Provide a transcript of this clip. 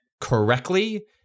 correctly